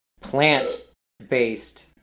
plant-based